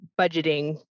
budgeting